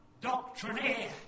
doctrinaire